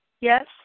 Yes